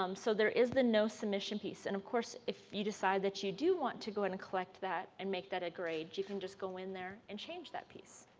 um so there is the no submission piece and off course if you decide that you do want to go and collect that and make that a grade, you can just go in there and change that piece.